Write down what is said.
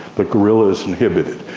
but gorilla is inhibited.